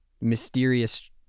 mysterious